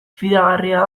fidagarria